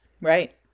Right